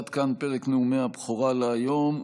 עד כאן פרק נאומי הבכורה להיום.